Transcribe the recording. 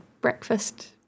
breakfast